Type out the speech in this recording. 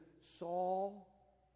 Saul